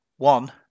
One